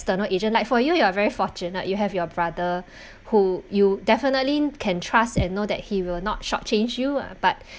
external agent like for you you are very fortunate you have your brother who you definitely can trust and know that he will not short change you ah but